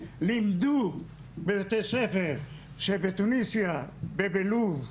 לימדו בבתי ספר שבתוניסיה ובלוב,